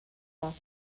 south